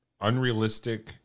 unrealistic